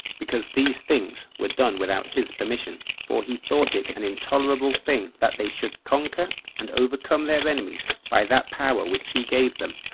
because these things were done without his permission for he thought it an intolerable thing that they should conquer and overcome their enemies by that power which he gave them,